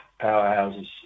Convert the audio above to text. powerhouses